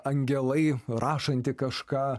angelai rašanti kažką